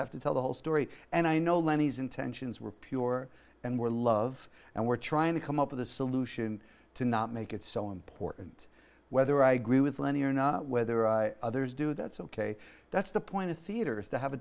have to tell the whole story and i know lenny's intentions were pure and we're love and we're trying to come up with a solution to not make it so important whether i agree with lenny or not whether there were others do that's ok that's the point of theater is to have a